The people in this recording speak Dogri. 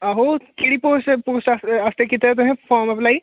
आहो केह्ड़ी पोस्ट पोस्ट आस्तै कीता तुसें फार्म अप्लाई